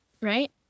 right